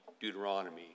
Deuteronomy